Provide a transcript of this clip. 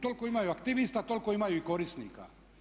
Toliko imaju aktivista, toliko imaju i korisnika.